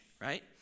right